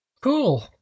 Cool